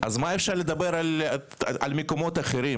אז מה אפשר לדבר על מקומות אחרים?